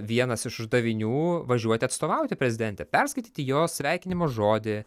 vienas iš uždavinių važiuoti atstovauti prezidentę perskaityti jos sveikinimo žodį